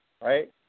right